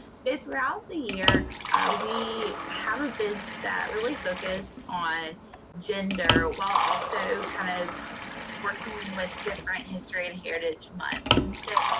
so, throughout the year we have events that really focus on gender, while also kind of working with different history and heritage months. and so,